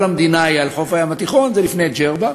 כל המדינה היא על חוף הים התיכון, וזה לפני ג'רבה,